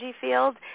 field